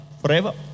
forever